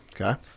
Okay